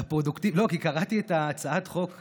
לא, כי קראתי את הצעת החוק עצמה,